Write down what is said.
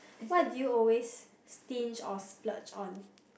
what do you always stinge or splurge on